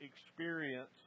experience